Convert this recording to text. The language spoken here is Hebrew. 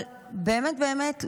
אבל באמת באמת,